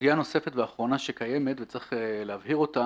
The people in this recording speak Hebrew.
--- סוגיה נוספת ואחרונה שקיימת וצריך להבהיר אותה